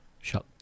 shut